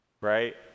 right